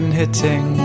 hitting